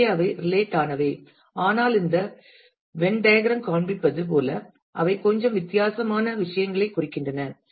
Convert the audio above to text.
எனவே அவை ரிலேட் ஆனவை ஆனால் இந்த வென் டயக்ராம் காண்பிப்பது போல அவை கொஞ்சம் வித்தியாசமான விஷயங்களைக் குறிக்கின்றன